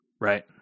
Right